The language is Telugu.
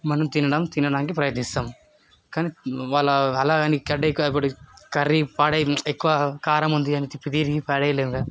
మనం తినడం తినడానికి ప్రయత్నిస్తాం కానీ వాళ్ళ అలా అని కర్డ్ ఎక్కువ కర్రీ పాడై ఎక్కువ కారం ఉంది అని ప్రతిదీ పడేయాలేముగా